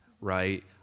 right